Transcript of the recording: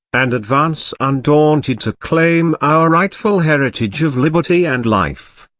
and advance undaunted to claim our rightful heritage of liberty and life.